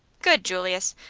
good, julius!